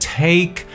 take